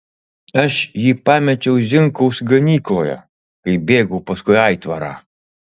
aš jį pamečiau zinkaus ganykloje kai bėgau paskui aitvarą